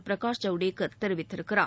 பிரகாஷ் ஜவுடேகர் தெரிவித்திருக்கிறார்